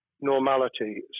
normality